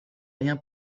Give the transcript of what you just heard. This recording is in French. rien